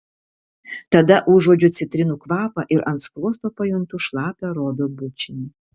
tada užuodžiu citrinų kvapą ir ant skruosto pajuntu šlapią robio bučinį